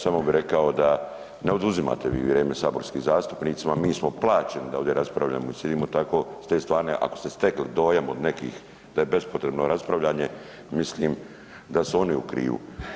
Samo bi rekao da vi ne oduzimate vrijeme saborskim zastupnicima, mi smo plaćeni da ovdje raspravljamo i sjedimo, tako s te strane ako ste stekli dojam od nekih da je bespotrebno raspravljanje mislim da su oni u krivu.